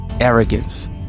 arrogance